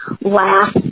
laugh